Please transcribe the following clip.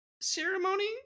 ceremony